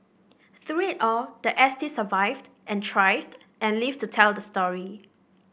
through it all the S T survived and thrived and lived to tell the story